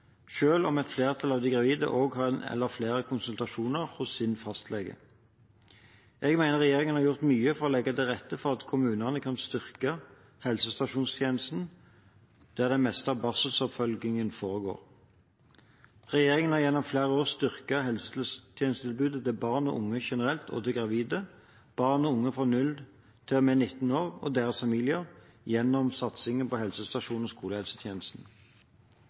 om et flertall av de gravide også har én eller flere konsultasjoner hos sin fastlege. Jeg mener regjeringen har gjort mye for å legge til rette for at kommunene kan styrke helsestasjonstjenesten, der det meste av barseloppfølgingen foregår. Regjeringen har gjennom flere år styrket helsetjenestetilbudet til barn og unge generelt og til gravide, barn og unge fra 0 til og med 19 år og deres familier – gjennom satsing på helsestasjons- og skolehelsetjenesten.